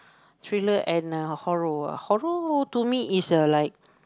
thriller and uh horror ah horror to me is a like